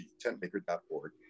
tentmaker.org